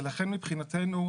לכן מבחינתנו,